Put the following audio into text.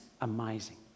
amazing